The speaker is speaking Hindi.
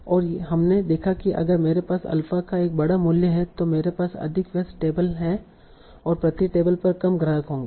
और हमने देखा कि अगर मेरे पास अल्फा का एक बड़ा मूल्य है तो मेरे पास अधिक व्यस्त टेबल और प्रति टेबल पर कम ग्राहक होंगे